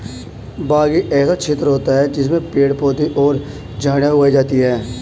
बाग एक ऐसा क्षेत्र होता है जिसमें पेड़ पौधे और झाड़ियां उगाई जाती हैं